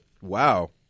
wow